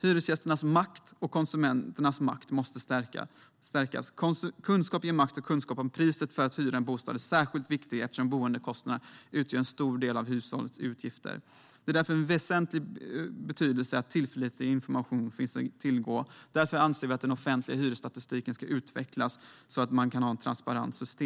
Hyresgästernas makt som konsumenter måste stärkas. Kunskap ger makt, och kunskap om priset för att hyra en bostad är särskilt viktig eftersom boendekostnaderna utgör en stor del av ett hushålls utgifter. Det är därför av väsentlig betydelse att tillförlitlig information finns att tillgå. Vi anser därför att den offentliga hyresstatistiken ska utvecklas så att man kan ha ett transparent system.